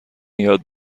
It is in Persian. یاد